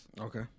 Okay